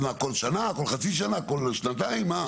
אז מה, כל שנה, כל חצי שנה, כל שנתיים, מה?